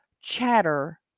chatter